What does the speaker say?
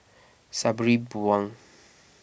Sabri Buang